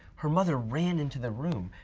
her mother ran into the room,